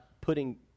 putting